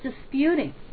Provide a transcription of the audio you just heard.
disputing